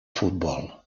futbol